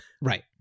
Right